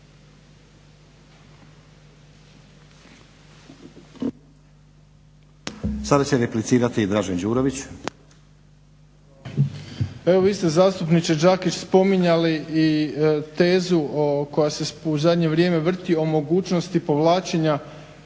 Đurović. **Đurović, Dražen (HDSSB)** Pa evo vi ste zastupniče Đakić spominjali i tezu koja se u zadnje vrijeme vrti o mogućnosti povlačenja